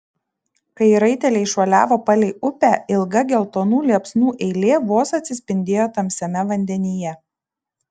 kai raiteliai šuoliavo palei upę ilga geltonų liepsnų eilė vos atsispindėjo tamsiame vandenyje